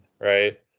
right